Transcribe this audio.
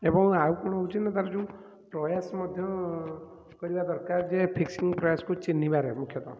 ଏବଂ ଆଉ କ'ଣ ହେଉଛି ନାଁ ତା'ର ଯେଉଁ ପ୍ରୟାସ ମଧ୍ୟ କରିବା ଦରକାର ଯେ ଫିକ୍ସିଙ୍ଗ୍ ପ୍ରାୟାସକୁ ଚିହ୍ନିବାରେ ମୁଖ୍ୟତଃ